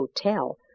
hotel